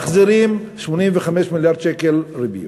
מחזירים 85 מיליארד שקל ריביות?